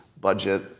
budget